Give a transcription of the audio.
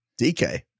DK